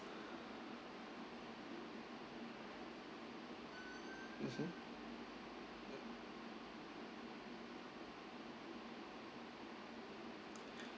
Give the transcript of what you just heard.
(uh huh)